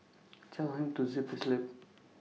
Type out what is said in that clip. tell him to zip his lip